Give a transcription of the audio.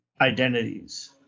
identities